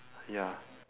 ya